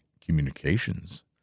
communications